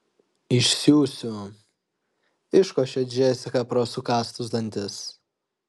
išsiųsiu iškošia džesika pro sukąstus dantis